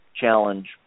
challenge